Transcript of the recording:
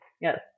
Yes